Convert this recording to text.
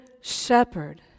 shepherd